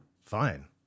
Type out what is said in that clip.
Fine